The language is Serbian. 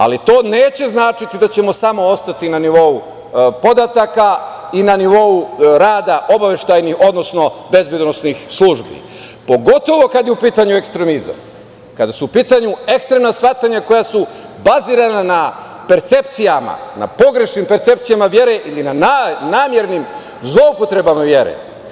Ali, to neće značiti da ćemo samo ostati na nivou podataka i na nivou rada obaveštajnih odnosno bezbedonosnih službi, pogotovo kada je u pitanju ekstremizam, kada su u pitanju ekstremna shvatanja koja su bazirana na percepcijama, na pogrešnim percepcijama vere ili na namernim zloupotrebama vere.